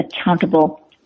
accountable